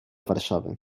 warszawy